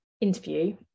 interview